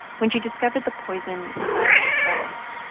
when she discovered the poison inside herself.